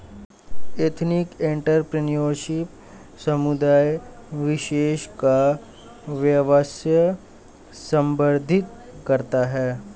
ethnic entrepreneurship समुदाय विशेष का व्यवसाय संदर्भित करता है